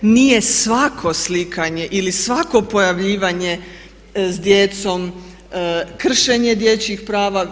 Nije svako slikanje ili svako pojavljivanje s djecom kršenje dječjih prava.